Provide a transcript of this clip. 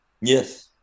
Yes